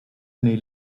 only